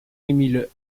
emile